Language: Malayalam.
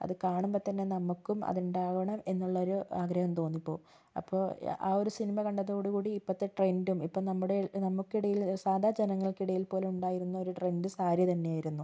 അത് കാണുമ്പം തന്നെ നമുക്കും അതുണ്ടാകണം എന്നുള്ള ഒരു ആഗ്രഹം തോന്നിപ്പോകും അപ്പോൾ ആ ഒരു സിനിമ കണ്ടതോട് കൂടി ഇപ്പോഴത്തെ ട്രെന്ഡും ഇപ്പം നമ്മുടെ നമുക്കിടയില് സാധാ ജനങ്ങള്ക്കിടയില് പോലുമുണ്ടായിരുന്ന ഒരു ട്രെന്ഡ് സാരി തന്നെയായിരുന്നു